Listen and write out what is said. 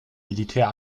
militär